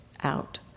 out